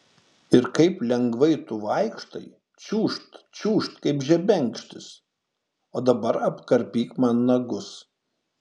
ir kaip lengvai tu vaikštai čiūžt čiūžt kaip žebenkštis o dabar apkarpyk man nagus